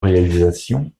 réalisation